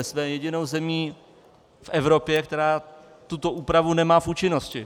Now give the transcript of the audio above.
Jsme jedinou zemí v Evropě, která tuto úpravu nemá v účinnosti.